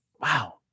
wow